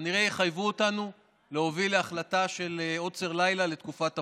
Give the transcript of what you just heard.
כנראה יחייב אותנו להוביל להחלטה של עוצר לילה לתקופת הפורים.